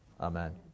Amen